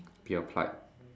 be applied